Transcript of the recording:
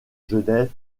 genève